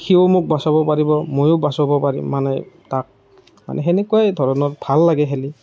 সিও মোক বচাব পাৰিব ময়ো বচাব পাৰিম মানে তাক মানে সেনেকুৱাই ধৰণৰ ভাল লাগে খেলি